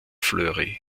fleury